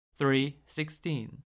3.16